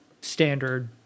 standard